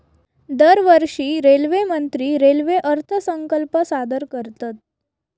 दरवर्षी रेल्वेमंत्री रेल्वे अर्थसंकल्प सादर करतत